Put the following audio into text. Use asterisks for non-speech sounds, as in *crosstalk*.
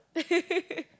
*laughs*